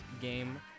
game